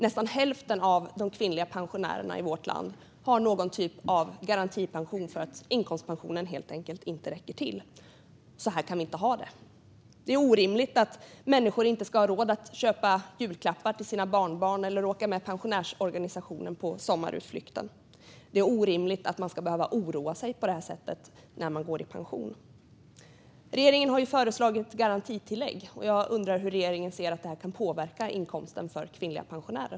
Nästan hälften av de kvinnliga pensionärerna i vårt land har någon typ av garantipension för att inkomstpensionen helt enkelt inte räcker till. Så här kan vi inte ha det. Det är orimligt att människor inte ska ha råd att köpa julklappar till sina barnbarn eller åka med pensionärsorganisationen på sommarutflykten. Det är orimligt att man ska behöva oroa sig på det här sättet när man går i pension. Regeringen har ju föreslagit garantitillägg. Jag undrar hur regeringen ser att detta kan påverka inkomsten för kvinnliga pensionärer.